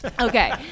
Okay